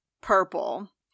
purple